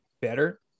better